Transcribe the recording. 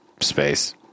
Space